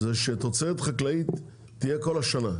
זה שתוצרת חקלאית תהיה כל השנה.